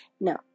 No